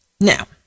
Now